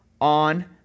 on